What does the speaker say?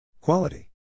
Quality